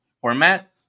format